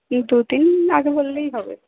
দুদিন আগে বললেই হবে